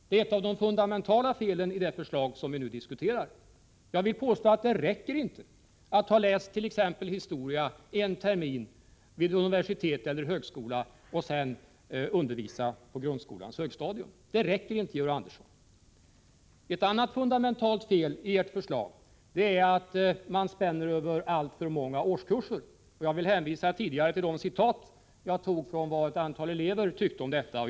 Det är ett av de fundamentala felen i det förslag som vi nu diskuterar. Jag vill påstå att det inte räcker att t.ex. ha läst historia i en termin vid universitet eller högskola för att kunna undervisa på grundskolans högstadium. Det räcker inte, Georg Andersson. Ett annat fundamentalt fel i ert förslag är att man spänner över alltför många årskurser. Jag vill hänvisa till de citat som jag läste upp om vad ett antal elever tycker om detta.